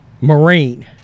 Marine